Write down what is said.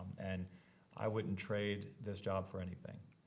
and i wouldn't trade this job for anything.